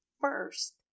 first